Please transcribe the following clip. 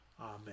Amen